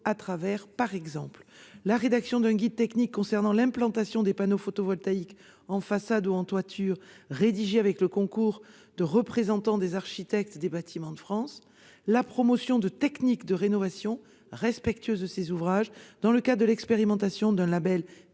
passe, par exemple, par la rédaction d'un guide technique concernant l'implantation de panneaux photovoltaïques en façade ou en toiture, rédigé avec le concours de représentants des architectes des Bâtiments de France, ou par la promotion de techniques de rénovation respectueuses de ces ouvrages, dans le cadre de l'expérimentation du label